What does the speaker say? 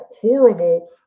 horrible